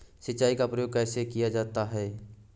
सिंचाई का प्रयोग कैसे किया जाता है?